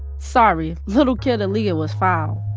sorry little kid aaliyah was foul